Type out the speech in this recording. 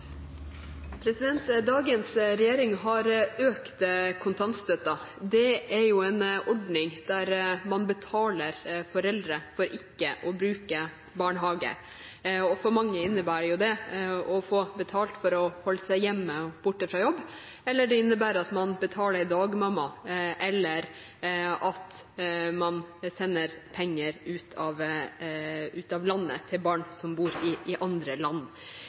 måte. Dagens regjering har økt kontantstøtten. Det er en ordning der man betaler foreldre for ikke å bruke barnehage. For mange innebærer det å få betalt for å holde seg hjemme og borte fra jobb, eller det innebærer at man betaler en dagmamma, eller at man sender penger ut av landet til barn som bor i andre land.